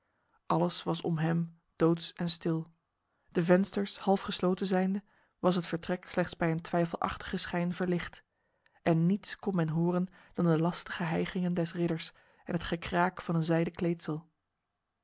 alles was om hem doods en stil de vensters halfgesloten zijnde was het vertrek slechts bij een twijfelachtige schijn verlicht en niets kon men horen dan de lastige hijgingen des ridders en het gekraak van een zijden kleedsel